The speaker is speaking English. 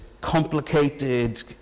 complicated